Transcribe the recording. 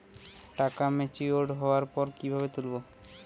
টাকা ম্যাচিওর্ড হওয়ার পর কিভাবে তুলব?